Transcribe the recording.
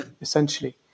essentially